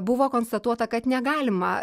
buvo konstatuota kad negalima